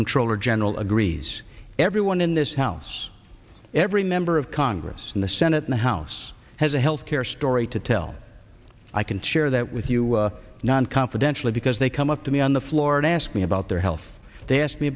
comptroller general agrees everyone in this house every member of congress in the senate in the house has a healthcare story to tell i can share that with you not confidentially because they come up to me on the floor and ask me about their health they asked me